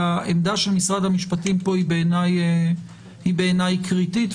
והעמדה של משרד המשפטים פה היא בעיניי קריטית.